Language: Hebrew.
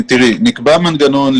נקבע מנגנון.